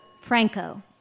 Franco